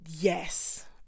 yes